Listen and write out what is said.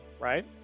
right